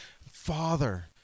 Father